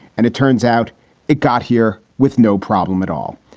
and it turns out it got here with no problem at all.